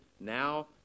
Now